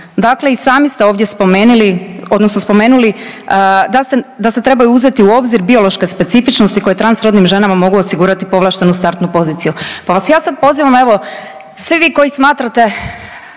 Dakle i sami ste ovdje spomenuli, odnosno spomenuli da se trebaju uzeti u obzir biološke specifičnosti koje transrodnim ženama mogu osigurati povlaštenu startnu poziciju. Pa vas ja sad pozivam evo svi vi koji smatrate